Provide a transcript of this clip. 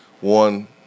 one